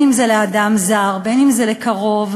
אם זה לאדם זר ואם זה לקרוב.